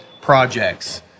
projects